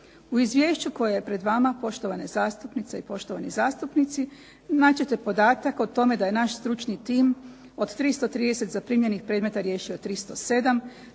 U izvješću koje je pred vama, poštovane zastupnice i poštovani zastupnici, naći ćete podatak o tome da je naš stručni tim od 330 zaprimljenih predmeta riješio 307,